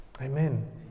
Amen